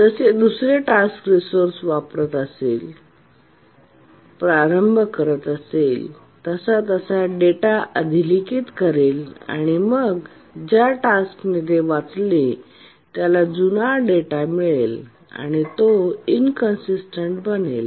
जसे दुसरे टास्क रेसोर्सचा वापर करण्यास प्रारंभ करेल तसतसा डेटा अधिलिखित करेल आणि मग ज्या टास्कने ते वाचले त्याला जुना डेटा मिळेल आणि तो इन कंसिस्टन्ट बनेल